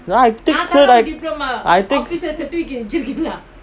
I take so I I take